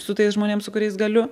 su tais žmonėm su kuriais galiu